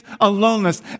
aloneness